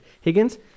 Higgins